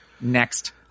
Next